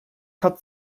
hat